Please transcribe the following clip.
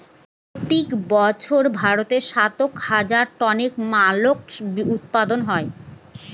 প্রত্যেক বছর ভারতে সাতান্ন হাজার টন মোল্লাসকস উৎপাদন হয়